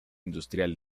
industrial